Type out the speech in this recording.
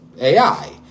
AI